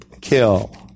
kill